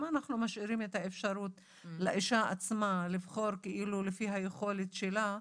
אם אנחנו משאירים את האפשרות לאישה עצמה לבחור לפי היכולת שלה,